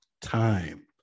time